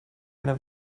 eine